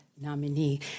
nominee